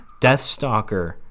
Deathstalker